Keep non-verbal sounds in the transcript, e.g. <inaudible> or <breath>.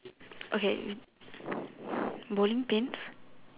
okay <breath> bowling pins